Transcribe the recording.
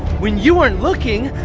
when you weren't looking,